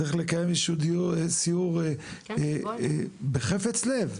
צריך לקיים איזשהו סיור ודיון בחפץ לב.